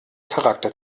charakter